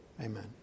Amen